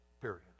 Period